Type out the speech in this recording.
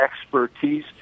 expertise